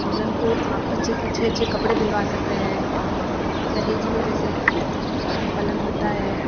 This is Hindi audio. दुल्हन को आप अच्छे अच्छे अच्छे कपड़े दिलवा सकते है दहेज में जैसे पलंग होता है